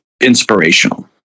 inspirational